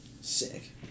Sick